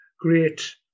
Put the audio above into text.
great